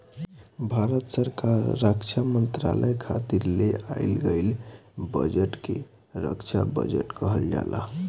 भारत सरकार रक्षा मंत्रालय खातिर ले आइल गईल बजट के रक्षा बजट कहल जाला